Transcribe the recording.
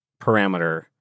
parameter